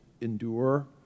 endure